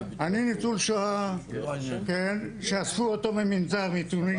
אני ניצול שואה שאספו אותו ממנזר מתוניס